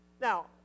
Now